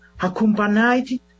accompanied